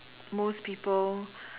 most people